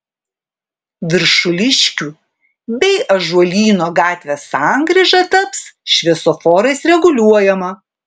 viršuliškių bei ąžuolyno gatvės sankryža taps šviesoforais reguliuojama